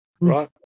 right